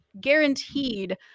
guaranteed